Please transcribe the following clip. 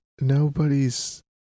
nobody's